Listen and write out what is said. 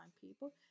people